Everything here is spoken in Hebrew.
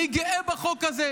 אני גאה בחוק הזה.